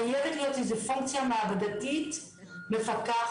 חייבת להיות איזה פונקציה מעבדתית מפקחת,